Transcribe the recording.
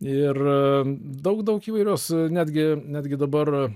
ir daug daug įvairios netgi netgi dabar